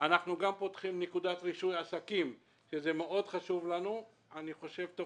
אנחנו גם פותחים נקודת רישוי עסקים שזה מאוד חשוב לנו ואני חושב שתוך